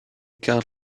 karl